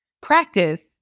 practice